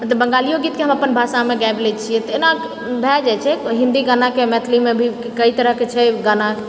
मतलब बंगालियो गीतके हम अपन भाषामे गाबि लै छियै तऽ एना भए जाइत छै हिन्दी गानाके मैथिलीमे भी कई तरहके छै गाना